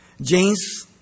James